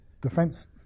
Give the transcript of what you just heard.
defense